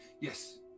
Yes